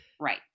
Right